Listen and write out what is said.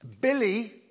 Billy